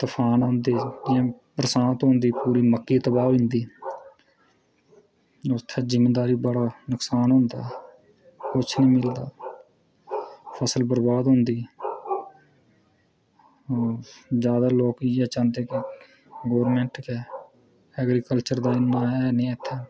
तुफान औंदे बरसांत होंदी पूरी मक्की तबाह् होई जंदी उत्थें जमींदारें गी बड़ा नुक्सान होंदा कुछ बी निं रौहंदा फसल बरबाद होंदी जादै लोग इयै चाहंदे की गौरमैंट गै एग्रकल्चर ताहीं एह् नेहा इत्थै